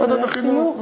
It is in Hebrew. ועדת החינוך.